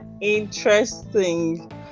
Interesting